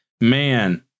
Man